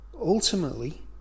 Ultimately